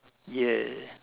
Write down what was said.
ya